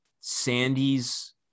Sandy's